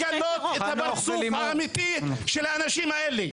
אני רוצה לגלות את הפרצוף האמיתי של האנשים האלה.